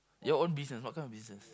your own business what kind of business